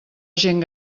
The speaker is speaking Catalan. gent